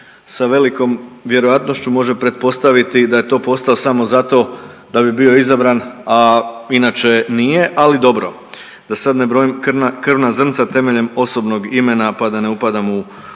sa velikom vjerojatnošću može pretpostaviti da je to postao samo zato da bi bio izabran, a inače nije, ali dobro da sad ne brojim krvna, krvna zrnca temeljem osobnog imena, pa da ne upadam u, u